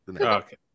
Okay